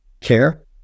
care